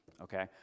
okay